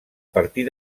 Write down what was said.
partir